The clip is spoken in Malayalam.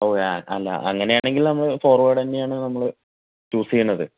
അല്ല അങ്ങനെയാണെങ്കിൽ നമ്മൾ ഫോർവേഡ് തന്നെ ആണ് നമ്മൾ ചൂസ് ചെയ്യണത്